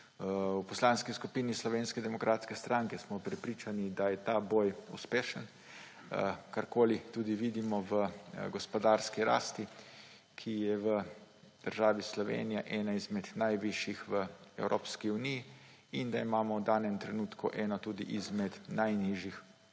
V Poslanski skupini Slovenske demokratske stranke smo prepričani, da je ta boj uspešen. Tudi vidimo v gospodarski rasti, ki je v državi Slovenija ena izmed najvišjih v Evropski uniji, in da imamo v danem trenutku eno tudi izmed najnižjih